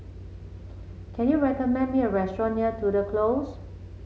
can you recommend me a restaurant near Tudor Close